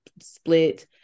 split